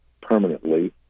permanently